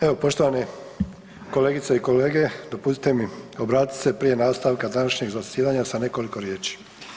Evo, poštovani kolegice i kolege, dopustite mi obratiti se prije nastavka današnjeg zasjedanja sa nekoliko riječi.